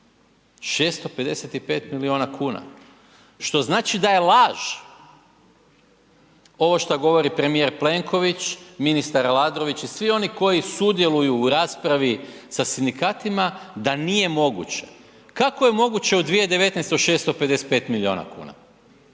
655 milijuna kuna, što znači da je laž ovo šta govori premijer Plenković, ministar Aladrović i svi oni koji sudjeluju u raspravi sa sindikatima da nije moguće. Kako je moguće u 2019. 655 milijuna kuna,